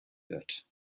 wird